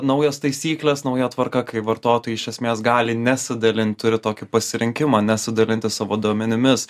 naujos taisyklės nauja tvarka kai vartotojai iš esmės gali nesidalint turi tokį pasirinkimą nesidalinti savo duomenimis